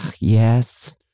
yes